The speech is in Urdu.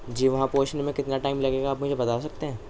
جی وہاں پہنچنے میں کتنا ٹائم لگے گا آپ مجھے بتا سکتے ہیں